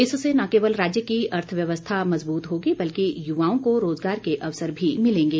इससे न केवल राज्य की अर्थव्यवस्था मजबूत होगी बल्कि युवाओं को रोज़गार के अवसर भी मिलेंगे